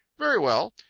very well.